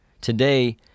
Today